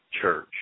church